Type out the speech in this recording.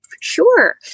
Sure